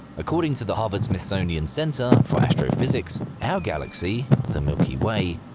according to the harvard-smithsonian center for astrophysics, our galaxy, the milky way,